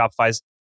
Shopify